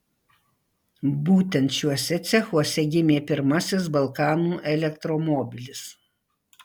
būtent šiuose cechuose gimė pirmasis balkanų elektromobilis